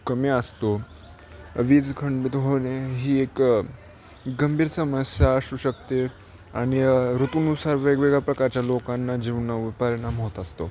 कमी असतो वीज खंडित होणे ही एक गंभीर समस्या असू शकते आणि ऋतूनुसार वेगवेगळ्या प्रकारच्या लोकांना जीवनावर परिणाम होत असतो